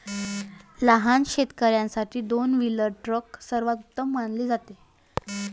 लहान शेतकर्यांसाठी दोन व्हीलर ट्रॅक्टर सर्वोत्तम मानले जाते